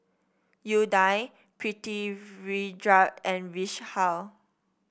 Udai Pritiviraj and Vishal